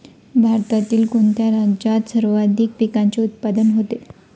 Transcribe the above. भारतातील कोणत्या राज्यात सर्वाधिक पिकाचे उत्पादन होते?